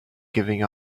giving